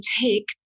take